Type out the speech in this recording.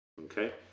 Okay